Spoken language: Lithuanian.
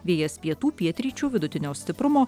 vėjas pietų pietryčių vidutinio stiprumo